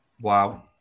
wow